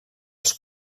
els